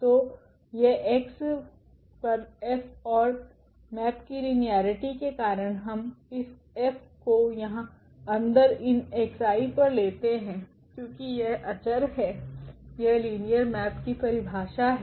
तो यह x पर F ओर मेप की लिनियारिटी के कारण हम इस F को यहाँ अंदर इन xi's पर लेते हैक्योंकि यह अचर है यह लिनियर मेप की परिभाषा है